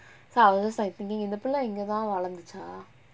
so I was just like thinking இந்த புள்ள இங்கதா வளந்துச்சா:intha பpulla ingathaa valanthuchaa